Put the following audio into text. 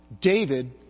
David